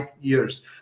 years